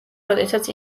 როდესაც